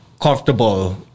comfortable